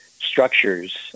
structures